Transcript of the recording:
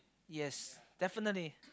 yes definitely